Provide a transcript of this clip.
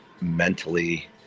mentally